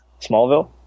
Smallville